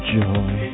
joy